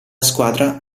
squadra